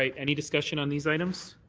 any discussion on these items?